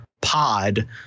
pod